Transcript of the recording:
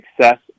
Success